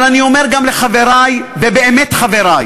אבל אני אומר גם לחברי, ובאמת חברי,